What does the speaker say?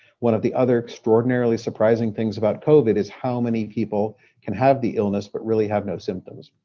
one of the other extraordinarily surprising things about covid is how many people can have the illness but really have no symptoms.